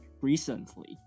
recently